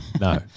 No